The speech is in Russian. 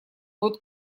вот